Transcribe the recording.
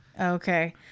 Okay